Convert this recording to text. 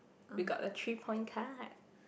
we got a three point card